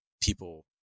people